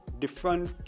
different